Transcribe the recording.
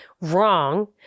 wrong